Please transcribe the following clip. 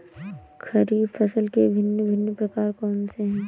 खरीब फसल के भिन भिन प्रकार कौन से हैं?